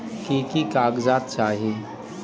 की की कागज़ात चाही?